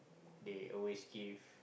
they always give